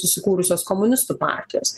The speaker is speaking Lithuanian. įsikūrusios komunistų partijos